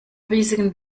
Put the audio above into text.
riesigen